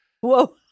Whoa